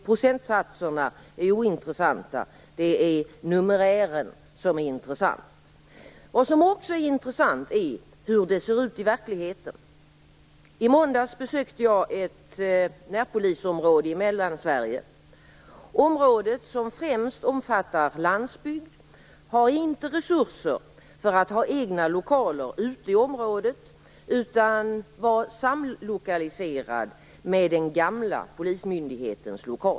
Procentsatserna är ointressanta. Det är numerären som är intressant. Det är också intressant att se hur det ser ut i verkligheten. I måndags besökte jag ett närpolisområde i Mellansverige. Området, som främst omfattar landsbygd, har inte resurser för att ha egna lokaler ute i området. Man är i stället samlokaliserad med den gamla polismyndigheten.